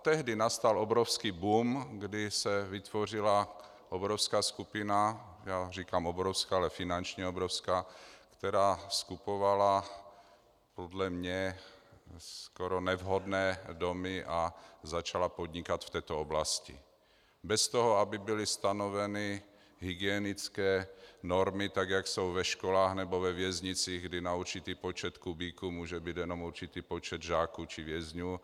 Tehdy nastal obrovský boom, kdy se vytvořila obrovská skupina já říkám obrovská, ale finančně obrovská , která skupovala podle mě skoro nevhodné domy a začala podnikat v této oblasti bez toho, aby byly stanoveny hygienické normy, tak jak jsou ve školách nebo ve věznicích, kdy na určitý počet kubíků může být jenom určitý počet žáků či vězňů.